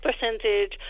percentage